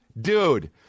Dude